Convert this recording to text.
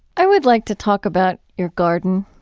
i would like to talk about your garden,